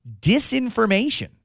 disinformation